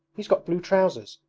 he's got blue trousers,